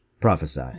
prophesy